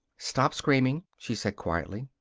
stop screaming, she said quietly.